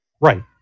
Right